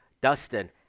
Dustin